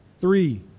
Three